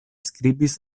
skribis